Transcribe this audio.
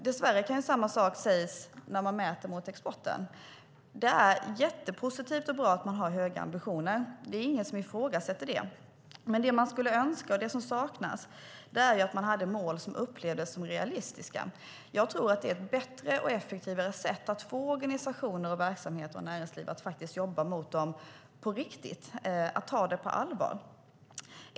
Dess värre kan samma sak sägas när vi mäter mot parametern export. Det är positivt och bra att regeringen har höga ambitioner. Det är ingen som ifrågasätter det. Det som saknas är realistiska mål. Det är ett bättre och effektivare sätt att få organisationer, verksamheter och näringsliv att jobba mot dessa mål på riktigt och ta dem på allvar.